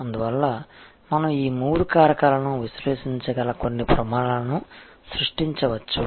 అందువల్ల మనం ఈ మూడు కారకాలను విశ్లేషించగల కొన్ని ప్రమాణాలను సృష్టించవచ్చు